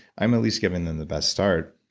i'm at least giving them the best start.